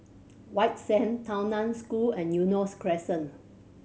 White Sand Tao Nan School and Eunos Crescent